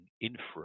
inference